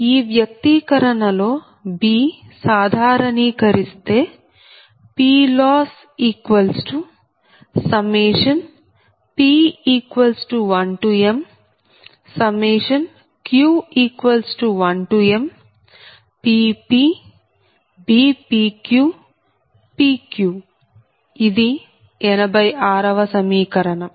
ఈ వ్యక్తీకరణ లో B సాధారణీకరిస్తే PLossp1mq1mPpBpqPq ఇది 86 వ సమీకరణం